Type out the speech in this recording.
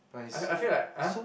I I feel like !huh!